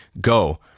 go